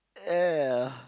uh